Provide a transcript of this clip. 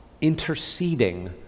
interceding